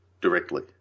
directly